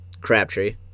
Crabtree